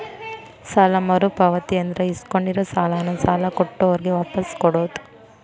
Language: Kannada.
ಸಾಲ ಮರುಪಾವತಿ ಅಂದ್ರ ಇಸ್ಕೊಂಡಿರೋ ಸಾಲಾನ ಸಾಲ ಕೊಟ್ಟಿರೋರ್ಗೆ ವಾಪಾಸ್ ಕೊಡೋದ್